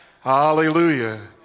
Hallelujah